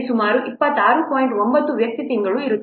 9 ವ್ಯಕ್ತಿ ತಿಂಗಳು ಇರುತ್ತದೆ